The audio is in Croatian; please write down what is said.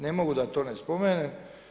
Ne mogu da to ne spomenem.